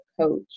Coach